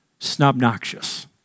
snobnoxious